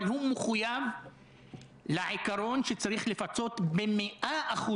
אבל הוא מחויב לעיקרון שצריך לפצות ב-100%.